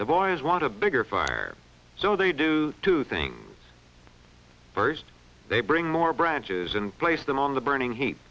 the boys want a bigger fire so they do two things first they bring more branches and place them on the burning heat